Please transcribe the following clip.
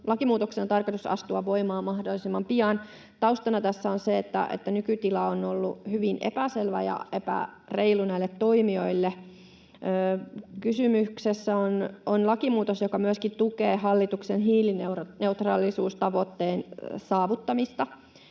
lakimuutoksen on tarkoitus astua voimaan mahdollisimman pian. Taustana tässä on se, että nykytila on ollut hyvin epäselvä ja epäreilu näille toimijoille. Kysymyksessä on lakimuutos, joka myöskin tukee hallituksen hiilineutraalisuustavoitteen saavuttamista.